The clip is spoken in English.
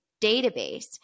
database